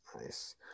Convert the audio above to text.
Nice